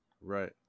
Right